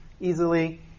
easily